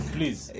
Please